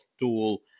tool